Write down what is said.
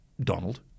Donald